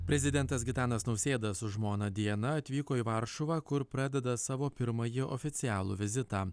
prezidentas gitanas nausėda su žmona diana atvyko į varšuvą kur pradeda savo pirmąjį oficialų vizitą